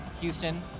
Houston